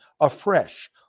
afresh